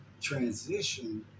transition